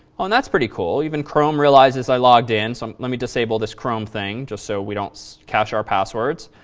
um that's pretty cool. even chrome realizes i logged in. so let me disable this chrome thing just so we don't so capture our passwords.